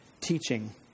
teaching